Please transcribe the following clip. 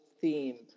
theme